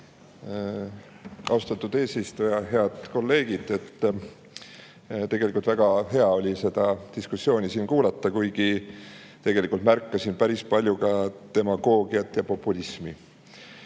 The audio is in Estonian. Austatud eesistuja! Head kolleegid! Tegelikult väga hea oli seda diskussiooni siin kuulata, kuigi märkasin päris palju ka demagoogiat ja populismi.